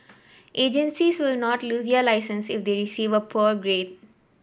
agencies will not lose their licence if they receive a poor grade